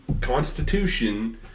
Constitution